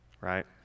right